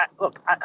look